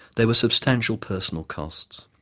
there were substantial personal costs.